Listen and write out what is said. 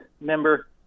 member